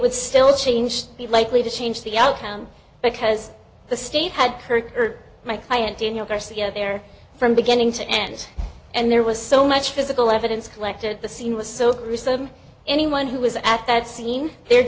would still change be likely to change the outcome because the state had kurt my client didn't know garcia there from beginning to end and there was so much physical evidence collected the scene was so gruesome anyone who was at that scene the